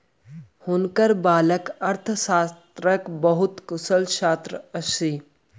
हुनकर बालक अर्थशास्त्रक बहुत कुशल छात्र छथि